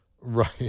Right